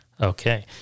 Okay